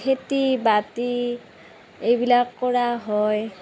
খেতি বাতি এইবিলাক কৰা হয়